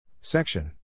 Section